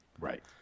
Right